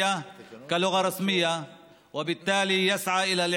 אתה יודע שאנחנו תומכים במה שיש.